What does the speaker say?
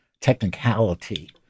technicality